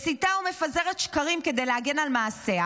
מסיתה ומפזרת שקרים כדי להגן על מעשיה